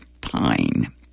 pine